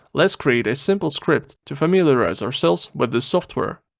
let's create a simple script to familiarize ourselves with this software.